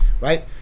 right